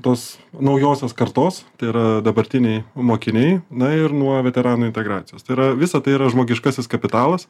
tos naujosios kartos tai yra dabartiniai mokiniai na ir nuo veteranų integracijos tai yra visa tai yra žmogiškasis kapitalas